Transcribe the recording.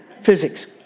physics